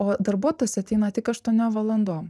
o darbuotojas ateina tik aštuoniom valandom